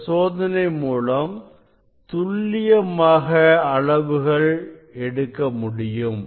இந்த சோதனை மூலம் துல்லியமாக அளவுகள் எடுக்க இயலும்